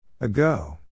Ago